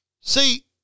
see